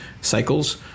cycles